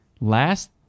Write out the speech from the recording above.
last